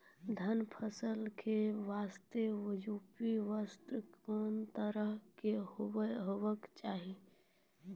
धान फसल के बास्ते उपयुक्त वर्षा कोन तरह के होना चाहियो?